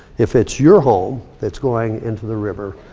if it's your home that's going into the river,